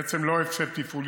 בעצם זה לא הפסד תפעולי,